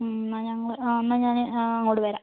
മ് എന്നാൽ ഞങ്ങൾ എന്നാൽ ഞാൻ അങ്ങോട്ട് വരാം